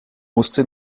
musste